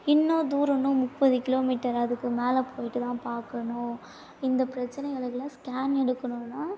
இன்னும் தூரம் இன்னும் முப்பது கிலோமீட்டர் அதுக்கு மேலே போய்விட்டு தான் பார்க்கணும் இந்த பிரச்சினைகளுக்கெல்லாம் ஸ்கேன் எடுக்கணுன்னால்